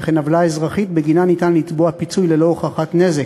וכן עוולה אזרחית שבגינה ניתן לתבוע פיצוי ללא הוכחת נזק.